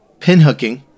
Pinhooking